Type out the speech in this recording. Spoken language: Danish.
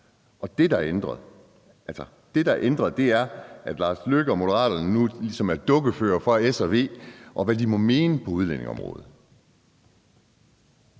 så det, der er ændret, er, at udlændingeministeren og Moderaterne nu ligesom er dukkeførere for S og V og for, hvad de må mene på udlændingeområdet?